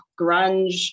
grunge